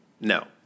no